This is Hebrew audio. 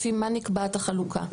לפי מה נקבעת החלוקה?